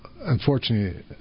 unfortunately